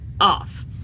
off